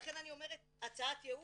לכן אני אומרת הצעת ייעול,